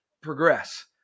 progress